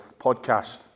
Podcast